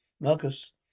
Marcus